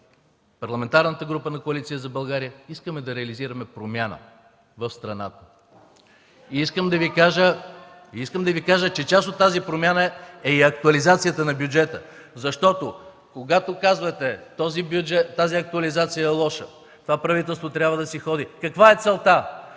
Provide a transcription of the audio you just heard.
Парламентарната група на Коалиция за България, искаме да реализираме промяна в страната. (Реплики от ГЕРБ.) Искам да Ви кажа, че част от тази промяна е и актуализацията на бюджета, защото когато казвате: „Тази актуализация е лоша, това правителство трябва да си ходи”... РЕПЛИКИ